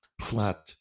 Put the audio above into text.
flat